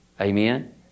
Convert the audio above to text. Amen